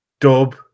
Dub